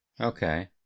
Okay